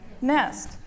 nest